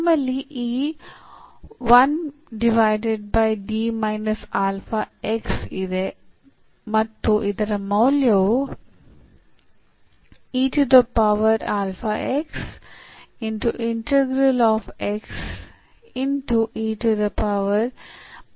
ನಮ್ಮಲ್ಲಿ ಈ ಇದೆ ಮತ್ತು ಇದರ ಮೌಲ್ಯವು ಆಗಿದೆ